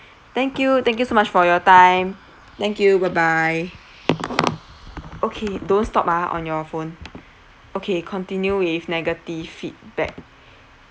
thank you thank you so much for your time thank you bye bye okay don't stop ah on your phone okay continue with negative feedback